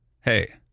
hey